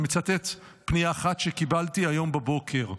אני מצטט פנייה אחת שקיבלתי היום בבוקר: